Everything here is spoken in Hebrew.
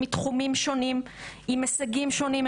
מתחומים שונים עם הישגים שונים,